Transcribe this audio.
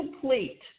complete